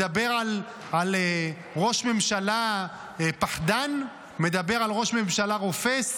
מדבר על ראש ממשלה פחדן, מדבר על ראש ממשלה רופס.